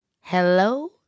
hello